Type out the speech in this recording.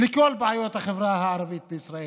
לכל בעיות החברה הערבית בישראל.